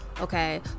okay